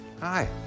hi